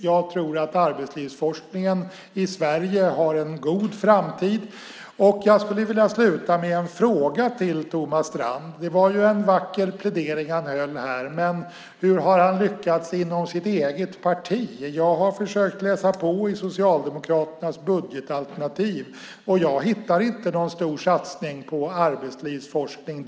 Jag tror att arbetslivsforskningen i Sverige har en god framtid. Jag skulle vilja avsluta med en fråga till Thomas Strand. Det var en vacker plädering han höll, men hur har han lyckats inom sitt eget parti? Jag har försökt läsa på i Socialdemokraternas budgetalternativ, men där hittar jag inte någon stor satsning på arbetslivsforskning.